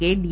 K D